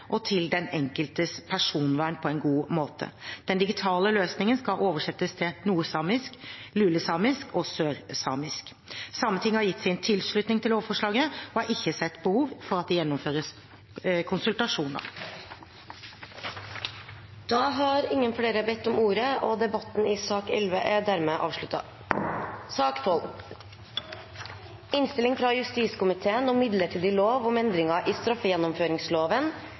og til den enkeltes personvern på en god måte. Den digitale løsningen skal oversettes til nordsamisk, lulesamisk og sørsamisk. Sametinget har gitt sin tilslutning til lovforslaget og har ikke sett behov for at det gjennomføres konsultasjoner. Flere har ikke bedt om ordet til sak nr. 11. Etter ønske fra justiskomiteen vil presidenten ordne debatten